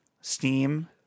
Steam